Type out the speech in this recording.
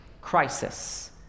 crisis